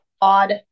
odd